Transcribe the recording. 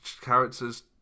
character's